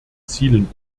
zielen